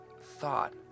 thought